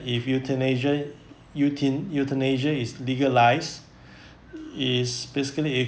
if euthanasia eutin~ euthanasia is legalized it's basically i~